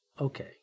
Okay